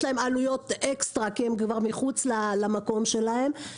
להם עלויות אקסטרה כי הם מחוץ למקום שלהם.